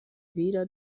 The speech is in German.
weder